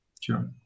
Sure